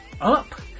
up